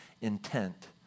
intent